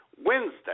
Wednesday